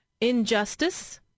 Injustice